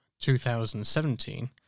2017